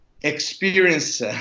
experience